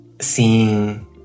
seeing